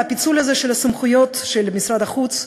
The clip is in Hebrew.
הפיצול הזה של סמכויות משרד החוץ,